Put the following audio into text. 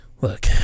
look